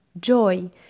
joy